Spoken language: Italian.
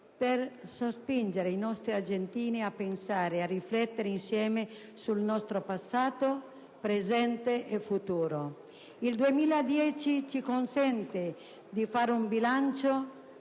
per sospingere noi argentini a pensare e riflettere insieme sul nostro passato, presente e futuro. Il 2010 ci consente di fare un bilancio